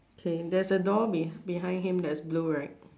okay there's a door be behind him that's blue right